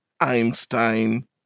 Einstein